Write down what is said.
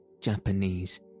Japanese